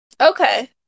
Okay